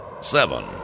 seven